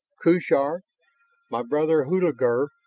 kuchar, my brother hulagur,